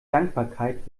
dankbarkeit